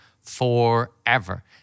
forever